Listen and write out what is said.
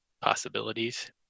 possibilities